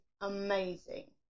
amazing